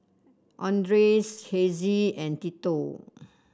Andreas Hezzie and Tito